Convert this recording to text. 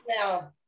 now